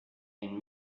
and